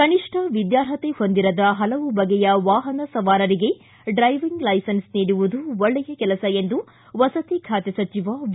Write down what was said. ಕನಿಷ್ಠ ವಿದ್ಕಾರ್ಹತೆ ಹೊಂದಿರದ ಹಲವು ಬಗೆಯ ವಾಹನ ಸವಾರರಿಗೆ ಡ್ರೈವಿಂಗ್ ಲೈಸೆನ್ಸ್ ನೀಡುವುದು ಒಳ್ಳೆಯ ಕೆಲಸ ಎಂದು ವಸತಿ ಖಾತೆ ಸಚಿವ ವಿ